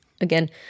again